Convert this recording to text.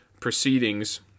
proceedings